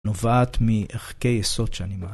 נובעת מערכי יסוד שאני מ...